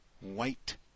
White